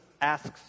asks